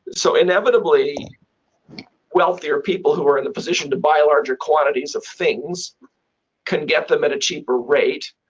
so inevitably wealthier people who are in the position to buy larger quantities of things can get them at a cheaper rate,